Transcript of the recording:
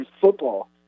football